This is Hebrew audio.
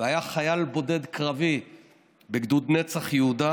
והיה חייל בודד קרבי בגדוד נצח יהודה,